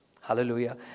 Hallelujah